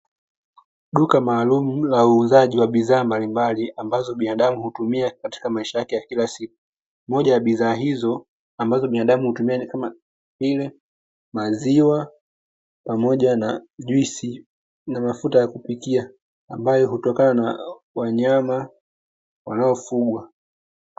Duka maalumu la uuzaji wa bidhaa mbalimbali ambazo binadamu hutumia katika maisha yake ya kila siku, moja ya bidhaa hizo ambazo binadamu hutumia ni kama vile maziwa pamoja na juisi na mafuta ya kupikia ambayo hutokana na wanyama wanaofugwa.